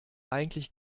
eigentlich